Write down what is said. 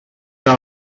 era